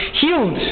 healed